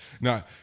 Now